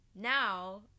Now